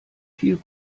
viel